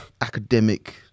academic